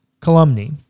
calumny